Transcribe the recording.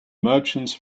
merchants